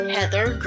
Heather